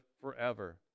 forever